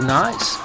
nice